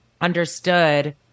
understood